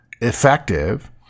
effective